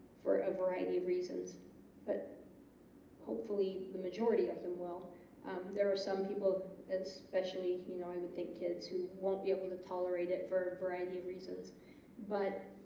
for a variety of reasons but hopefully the majority of them will there are some people that's especially you know i would think kids who won't be able to tolerate it for a variety of reasons but